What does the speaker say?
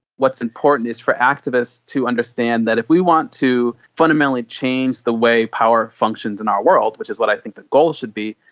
what's important is for activists to understand that if we want to fundamentally change the way power functions in our world, which is what i think the goal should be,